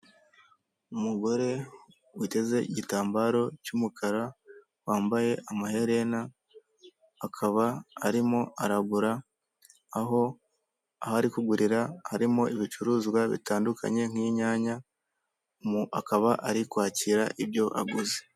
Umugore uteze igitambaro cy'umukara wambaye amaherena akaba arimo aragura aho, aho ari kugurira harimo ibicuruzwa bitandukanye nk'inyanya, mu akaba ari kwakira ibyo aguze.